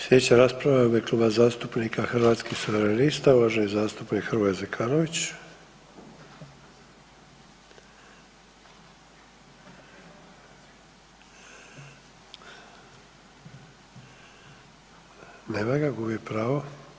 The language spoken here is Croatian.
Slijedeća rasprava je u ime Kluba zastupnika Hrvatskih suverenista, uvaženi zastupnik Hrvoje Zekanović, nema ga, gubi pravo.